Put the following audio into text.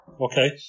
Okay